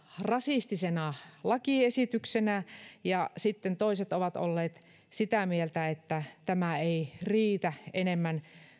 rasistisena lakiesityksenä ja sitten toiset ovat olleet sitä mieltä että tämä ei riitä enemmän